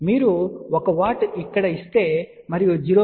మీరు 1 W ఇక్కడ ఇస్తే మరియు 0